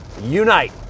unite